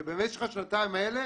שבמשך השנתיים האלה